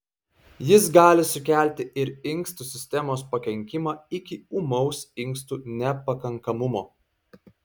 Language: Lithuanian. jis gali sukelti ir inkstų sistemos pakenkimą iki ūmaus inkstų nepakankamumo